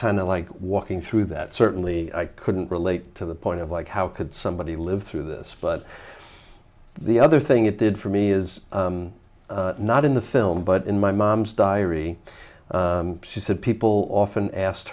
of like walking through that certainly i couldn't relate to the point of like how could somebody live through this but the other thing it did for me is not in the film but in my mom's diary she said people often asked